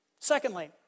Secondly